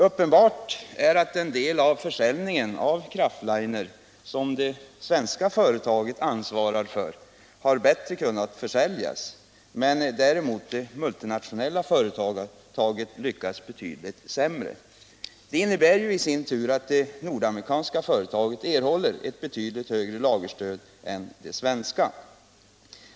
Uppenbart är att den del av försäljningen av craftliner som det svenska företaget ansvarar för har utfallit bättre, medan det multinationella företaget lyckats betydligt sämre. Det innebär då att det nordamerikanska företaget erhåller ett betydligt högre lagerstöd än det svenska.